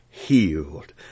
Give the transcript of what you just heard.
Healed